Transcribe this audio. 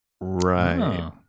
Right